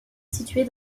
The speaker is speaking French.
située